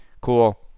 Cool